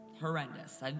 horrendous